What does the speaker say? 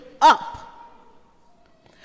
up